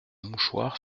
mouchoir